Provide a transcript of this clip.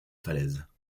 falaises